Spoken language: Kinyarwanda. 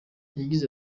yagize